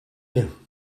you